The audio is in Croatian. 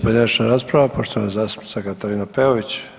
pojedinačna rasprava poštovana zastupnica Katarina Peović.